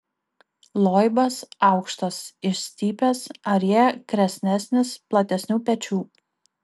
loibas aukštas išstypęs arjė kresnesnis platesnių pečių